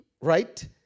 right